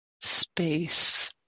space